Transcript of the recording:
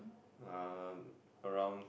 um around